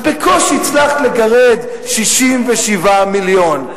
אז בקושי הצלחת לגרד 67 מיליון.